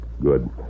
Good